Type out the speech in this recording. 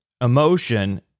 emotion